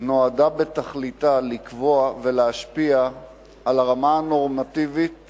נועדה בתכליתה לקבוע ולהשפיע על הרמה הנורמטיבית